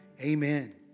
Amen